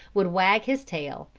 would wag his tail,